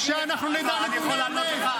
יש להם נתוני אמת.